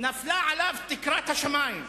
נפלה עליו תקרת השמים.